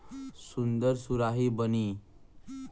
सुन्दर सुराही बनी